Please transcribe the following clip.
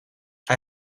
hij